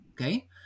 okay